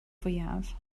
fwyaf